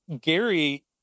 Gary